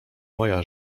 moja